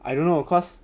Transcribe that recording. I don't know cause